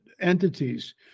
entities